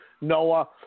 Noah